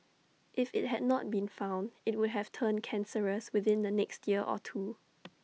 if IT had not been found IT would have turned cancerous within the next year or two